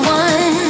one